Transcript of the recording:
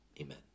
Amen